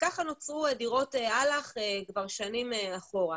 וככה נוצרו דירות אל"ח כבר שנים אחורה.